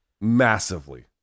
Massively